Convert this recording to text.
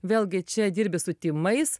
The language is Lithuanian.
vėlgi čia dirbi su tymais